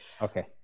okay